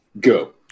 Go